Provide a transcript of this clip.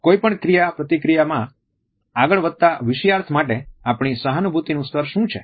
કોઈપણ ક્રિયાપ્રતિક્રિયામાં આગળ વધતા વિષયાર્થ માટે આપણી સહાનુભૂતિનું સ્તર શું છે